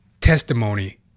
testimony